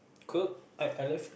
cook I I love